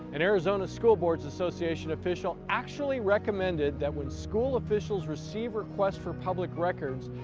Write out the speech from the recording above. an arizona school board association official, actually recommended that when school officials receive request for public records,